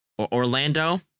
orlando